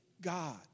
God